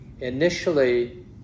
initially